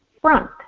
front